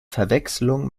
verwechslung